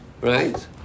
Right